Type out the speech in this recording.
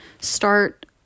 start